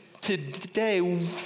today